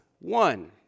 one